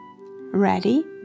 Ready